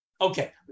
Okay